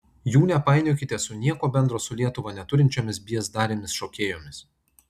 jų nepainiokite su nieko bendro su lietuva neturinčiomis biezdarėmis šokėjomis